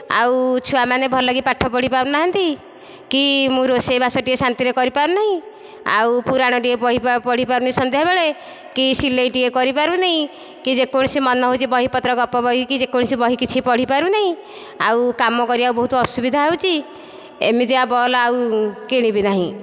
ଆଉ ଛୁଆମାନେ ଭଲକି ପାଠ ପଢ଼ିପାରୁନାହାନ୍ତି କି ମୁଁ ରୋଷେଇବାସ ଟିକିଏ ଶାନ୍ତିରେ କରିପାରୁ ନାହିଁ ଆଉ ପୁରାଣ ଟିକିଏ ପଢ଼ିପାରୁନି ସନ୍ଧ୍ୟାବେଳେ କି ସିଲେଇ ଟିକିଏ କରିପାରୁନି କି ଯେକୌଣସି ମନ ହେଉଛି ବହିପତ୍ର ଗପ ବହି କି ଯେ କୌଣସି ବହି କିଛି ପଢ଼ିପାରୁନି ଆଉ କାମ କରିବାକୁ ବହୁତ ଅସୁବିଧା ହେଉଛି ଏମିତିଆ ବଲ୍ବ ଆଉ କିଣିବି ନାହିଁ